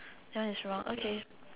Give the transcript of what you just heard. that one is wrong okay